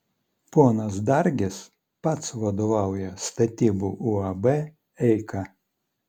ponas dargis pats vadovauja statybų uab eika